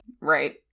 Right